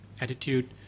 attitude